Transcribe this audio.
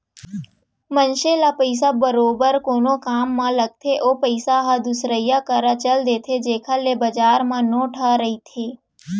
मनसे ल पइसा बरोबर कोनो काम म लगथे ओ पइसा ह दुसरइया करा चल देथे जेखर ले बजार म नोट ह रहिथे